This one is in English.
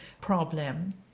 problem